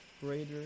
greater